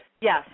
Yes